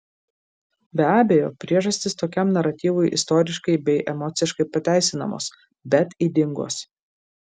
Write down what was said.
be abejo priežastys tokiam naratyvui istoriškai bei emociškai pateisinamos bet ydingos